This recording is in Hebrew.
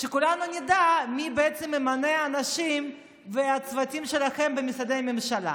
שכולנו נדע מי בעצם ממנה אנשים ואת הצוותים שלכם במשרדי הממשלה.